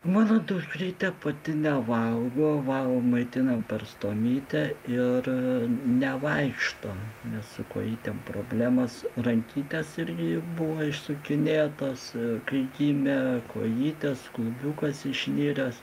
mano dukrytė pati nevalgo valgo maitinam per stomytę ir nevaikšto nes su kojytėm problemos rankytės irgi buvo išsukinėtos kai gimė kojytės klubiukas išniręs